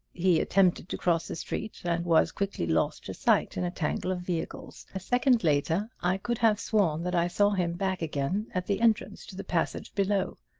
he attempted to cross the street and was quickly lost to sight in a tangle of vehicles. a second later i could have sworn that i saw him back again at the entrance to the passage below.